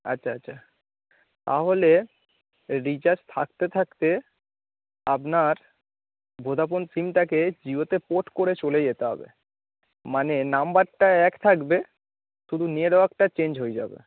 আচ্ছা আচ্ছা তাহলে রিচার্জ থাকতে থাকতে আপনার ভোদাফোন সিমটাকে জিওতে পোর্ট করে চলে যেতে হবে মানে নম্বরটা এক থাকবে শুধু নেটওয়ার্কটা চেঞ্জ হয়ে যাবে